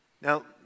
Now